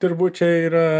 turbūt čia yra